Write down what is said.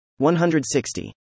160